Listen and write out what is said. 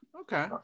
Okay